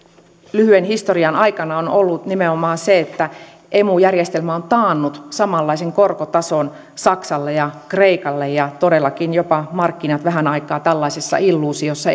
lyhyen historian aikana on ollut nimenomaan se että emu järjestelmä on taannut samanlaisen korkotason saksalle ja kreikalle ja todellakin jopa markkinat vähän aikaa elivät tällaisessa illuusiossa